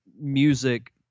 music